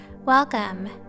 Welcome